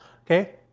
Okay